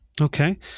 Okay